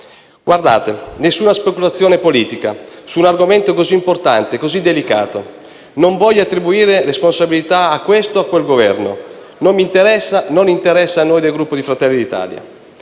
Guardate, nessuna speculazione politica su un argomento così importante e delicato; non voglio attribuire responsabilità a questo o a quel Governo; non mi interessa e non interessa a noi del Gruppo Fratelli d'Italia.